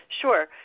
Sure